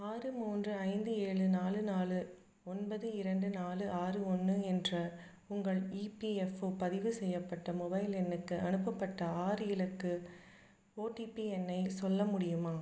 ஆறு மூன்று ஐந்து ஏழு நாலு நாலு ஒன்பது இரண்டு நாலு ஆறு ஒன்று என்ற உங்கள் இபிஎஃப்ஓ பதிவு செய்யப்பட்ட மொபைல் எண்ணுக்கு அனுப்பப்பட்ட ஆறு இலக்க ஓடிபி எண்ணை சொல்ல முடியுமா